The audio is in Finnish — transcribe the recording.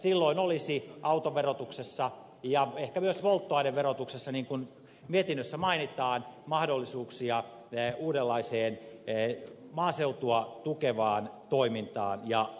silloin olisi autoverotuksessa ja ehkä myös polttoaineverotuksessa niin kuin mietinnössä mainitaan mahdollisuuksia uudenlaiseen maaseutua tukevaan toimintaan ja ratkaisuihin